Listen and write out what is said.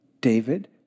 David